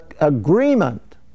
agreement